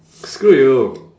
screw you